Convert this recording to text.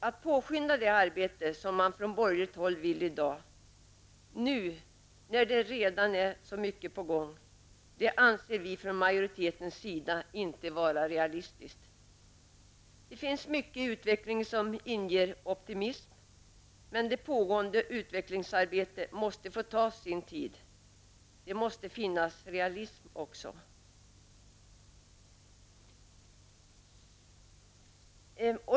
Att nu när så mycket redan är på gång påskynda detta arbete, som man från borgerligt håll i dag vill, anser vi från majoritetens sida inte vara realistiskt. Det finns mycket i utvecklingen som inger optimism, men det pågående utvecklingsarbetet måste få ta sin tid. Det måste finnas realism också.